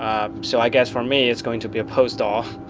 um so i guess, for me, it's going to be a postdoc.